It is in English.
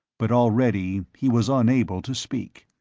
but already he was unable to speak.